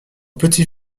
petit